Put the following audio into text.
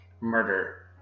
murder